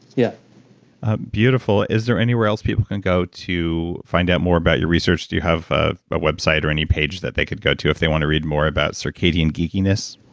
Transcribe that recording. yeah ah beautiful. is there anywhere else people can go to find out more about your research? do you have a ah website or any page that they could go to if they want to read more about circadian geekiness?